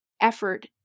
effort